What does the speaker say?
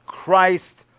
Christ